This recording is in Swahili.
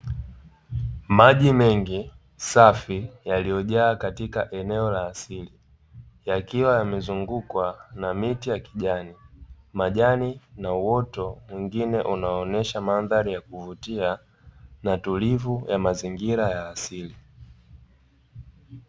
Maji mengi safi yaliyojaa katika eneo la asili yakiwa yamezungukwa na miti ya kijani, majani na uoto mwingine unaonyesha mandhari ya kuvutia na tulivu ya mazingira ya asili.